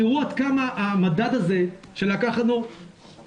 תראו עד כמה המדד הזה שלקח לנו שבועיים-שלושה